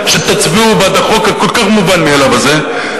שתצביעו בעד החוק הכל-כך מובן מאליו הזה,